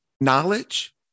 knowledge